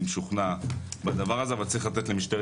אני משוכנע בדבר הזה אבל צריך לתת למשטרת